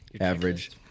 average